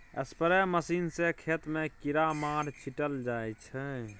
spray machine सँ खेत मे कीरामार छीटल जाइ छै